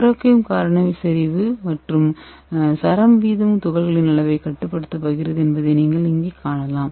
குறைக்கும் காரணி செறிவு மற்றும் சரம் வீதம் துகள்களின் அளவைக் கட்டுப்படுத்தப் போகிறது என்பதை நீங்கள் இங்கே காணலாம்